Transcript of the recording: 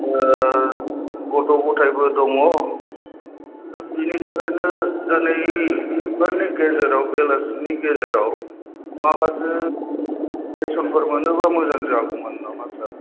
गथ' गथायबो दङ दा बेनि थाखायनो दिनैफोरनि गेजेराव बेलासिनि गेजेराव माबाजों रेसनफोर मोनोबा मोजां जागौमोन नामा सार